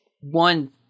one